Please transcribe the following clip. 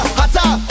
hotter